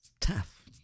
Tough